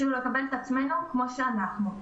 שהוא לקבל את עצמנו כמו שאנחנו.